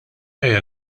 ejja